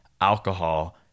alcohol